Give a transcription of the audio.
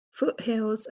foothills